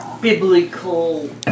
biblical